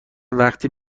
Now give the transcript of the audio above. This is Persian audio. وقتی